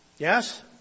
Yes